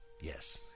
yes